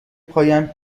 پایم